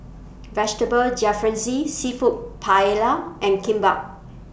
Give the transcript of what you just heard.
Vegetable Jalfrezi Seafood Paella and Kimbap